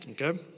Okay